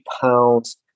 pounds